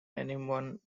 anyone